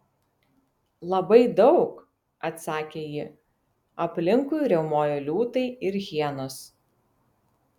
labai daug atsakė ji aplinkui riaumojo liūtai ir hienos